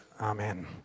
Amen